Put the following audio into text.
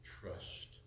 trust